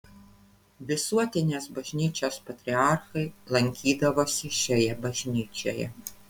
visuotinės bažnyčios patriarchai lankydavosi šioje bažnyčioje